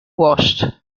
washed